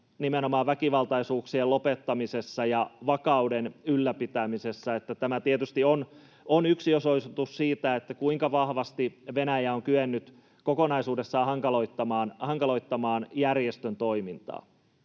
nimenomaan väkivaltaisuuksien lopettamisessa ja vakauden ylläpitämisessä. Tämä tietysti on yksi osoitus siitä, kuinka vahvasti Venäjä on kyennyt kokonaisuudessaan hankaloittamaan järjestön toimintaa.